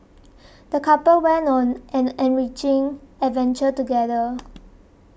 the couple went on an enriching adventure together